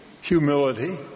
humility